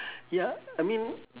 ya I mean